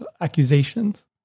accusations